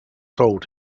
told